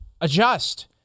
adjust